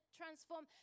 transform